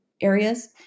areas